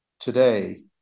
today